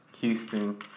Houston